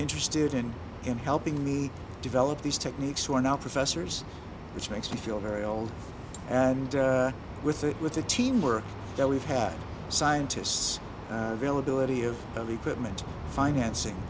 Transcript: interested in in helping me develop these techniques were now professors which makes me feel very old and with it with a teamwork that we've had scientists real ability of the equipment financing